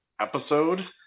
episode